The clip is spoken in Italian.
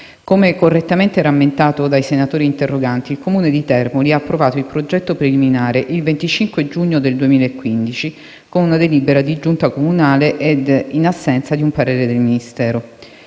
Come correttamente rammentato dai senatori interroganti, il Comune di Termoli ha approvato il progetto preliminare il 25 giugno del 2015 con una delibera di Giunta comunale ed in assenza di un parere del Ministero.